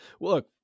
look